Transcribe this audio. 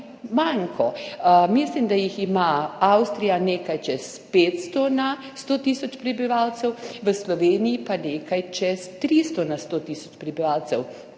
manko. Mislim, da jih ima Avstrija nekaj čez 500 na 100 tisoč prebivalcev, v Sloveniji pa nekaj čez 300 na 100 tisoč prebivalcev.